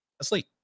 asleep